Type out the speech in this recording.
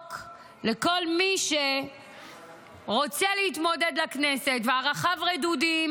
ירוק לכל מי שרוצה להתמודד לכנסת וערכיו רדודים,